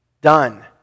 Done